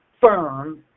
firm